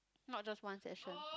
not just one session